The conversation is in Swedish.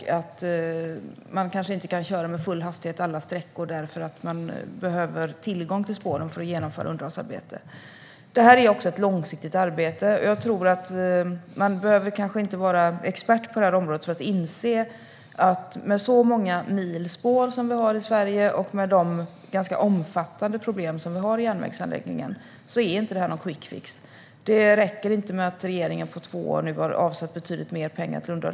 Man kanske inte heller kan köra med full hastighet alla sträckor, eftersom man behöver tillgång till spåren för att genomföra underhållsarbete. Det här är ett långsiktigt arbete, och jag tror kanske inte att man behöver vara expert på det här området för att inse att med så många mil spår som vi har i Sverige och med de ganska omfattande problemen i järnvägsanläggningen finns det ingen quick fix. Det räcker inte med att regeringen på två år nu har avsatt betydligt mer pengar till underhåll.